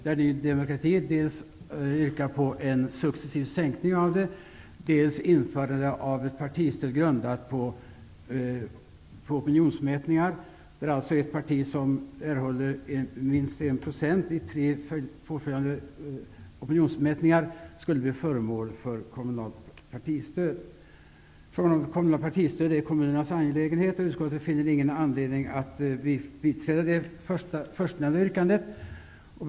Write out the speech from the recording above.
Ny demokrati dels på en successiv sänkning av det, dels på införande av ett partisstöd grundat på opinionsmätningar. Det innebär att ett parti som erhåller minst 1 % vid tre på varandra följande opinionsmätningar skulle få kommunalt partistöd. Frågan om kommunalt partistöd är kommunernas angelägenhet. Utskottet finner ingen anledning att biträda det förstnämnda yrkandet, som avstyrks.